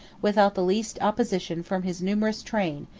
without the least opposition from his numerous train,